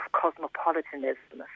cosmopolitanism